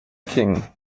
king